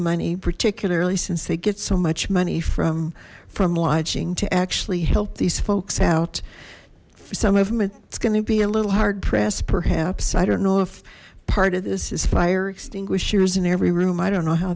money particularly since they get so much money from from lodging to actually help these folks out for some of them it's gonna be a little hard press perhaps i don't know if part of this is fire extinguishers in every room i don't know how